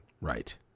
Right